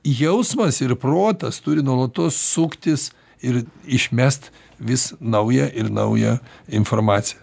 jausmas ir protas turi nuolatos suktis ir išmest vis naują ir naują informaciją